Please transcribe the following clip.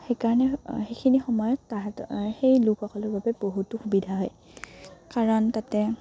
সেইকাৰণে সেইখিনি সময়ত তাহাঁত সেই লোকসকলৰ বাবে বহুতো সুবিধা হয় কাৰণ তাতে